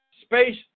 space